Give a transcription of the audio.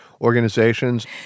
organizations